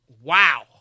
Wow